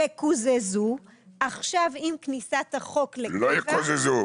וקוזזו, עכשיו עם כניסת החוק לא יקוזזו.